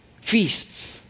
Feasts